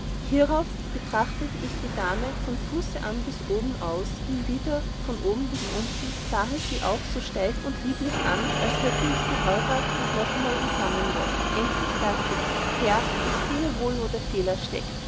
hierauf betrachtete ich die dame von füßen an bis oben aus und hinwieder von oben bis unten sahe sie auch so steif und lieblich an als hätte ich sie heuraten und noch einmal umfangen wollen endlich sagte ich herr ich sehe wohl wo der fehler steckt